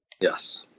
Yes